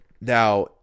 Now